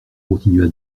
continua